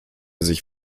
sich